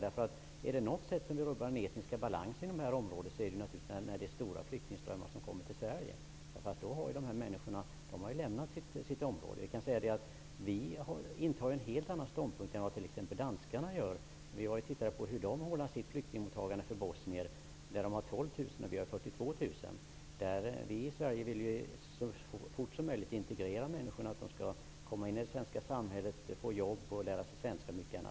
Om det är på något sätt vi rubbar den etniska balansen i det här området, är det naturligtvis när stora flyktingströmmar kommer till Sverige. Dessa människor har då lämnat sitt område. Vi intar en helt annan ståndpunkt än vad t.ex. danskarna gör. Vi har tittat på hur danskarna ordnar sitt mottagande av bosniska flyktingar. Danmark tar emot 12 000 medan Sverige tar emot 42 000. Vi i Sverige vill integrera människorna så fort som möjligt. De skall komma in i det svenska samhället, få jobb och lära sig svenska m.m.